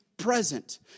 present